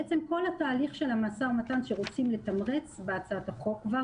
בעצם כל התהליך של המשא ומתן שרוצים לתמרץ בהצעת החוק כבר